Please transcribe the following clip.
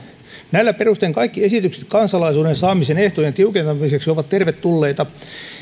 näillä perusteilla kaikki esitykset kansalaisuuden saamisen ehtojen tiukentamiseksi ovat tervetulleita